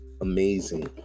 amazing